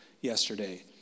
yesterday